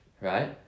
Right